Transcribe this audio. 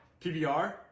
PBR